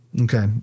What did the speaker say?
Okay